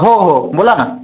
हो हो बोला ना